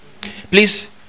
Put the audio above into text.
please